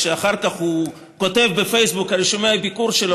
כשאחר כך הוא כותב בפייסבוק על רישומי הביקור שלו,